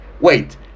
wait